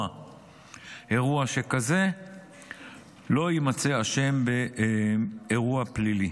אירוע שכזה לא יימצא אשם באירוע פלילי.